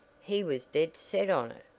he was dead set on it.